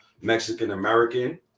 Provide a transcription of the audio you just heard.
Mexican-American